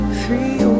three